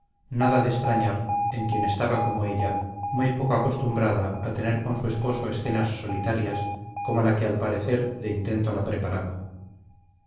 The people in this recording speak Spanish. nada de extrañar en quien estaba como ella muy poco acostumbrada a tener con su esposo escenas solitarias como la que al parecer de intento la preparaba